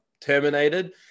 terminated